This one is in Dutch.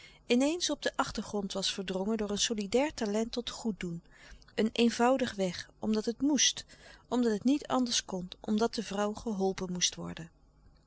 in eens op den achtergrond was verdrongen door een solidair talent tot goeddoen eenvoudig weg omdat het moest omdat het niet anders kon omdat de vrouw geholpen moest worden